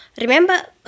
Remember